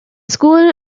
school